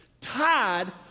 tied